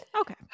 Okay